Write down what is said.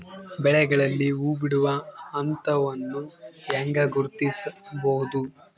ಬೆಳೆಗಳಲ್ಲಿ ಹೂಬಿಡುವ ಹಂತವನ್ನು ಹೆಂಗ ಗುರ್ತಿಸಬೊದು?